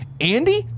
Andy